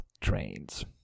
trains